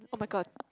oh my god